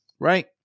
right